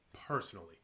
personally